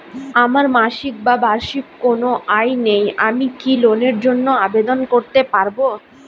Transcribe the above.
আমার মাসিক বা বার্ষিক কোন আয় নেই আমি কি লোনের জন্য আবেদন করতে পারব?